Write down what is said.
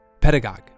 Pedagogue